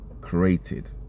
Created